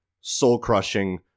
soul-crushing